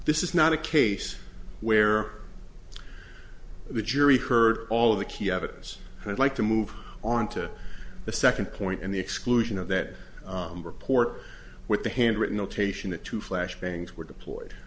this is not a case where the jury heard all of the key evidence and i'd like to move on to the second point and the exclusion of that report with the handwritten notation that two flash bangs were deployed